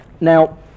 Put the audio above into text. Now